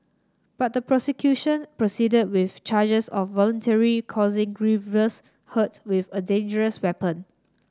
but the prosecution proceeded with charges of voluntary causing grievous hurt with a dangerous weapon